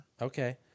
Okay